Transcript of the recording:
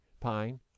pine